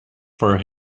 for